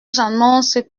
j’annonce